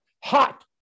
Hot